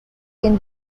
can